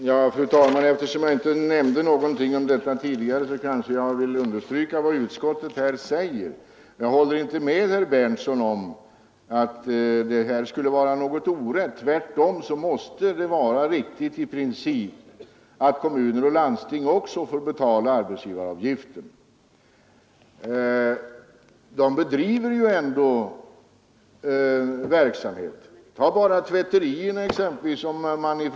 Fru talman! Eftersom jag inte nämnt någonting om detta tidigare kanske jag nu bör understryka vad utskottet här säger. Jag håller inte med herr Berndtson i Linköping om att det skulle vara något orätt, utan tvärtom måste det i princip vara riktigt att också kommuner och landsting betalar arbetsgivaravgifter — de bedriver ju ändå verksamhet. Se exempelvis på tvätterierna!